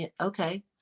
okay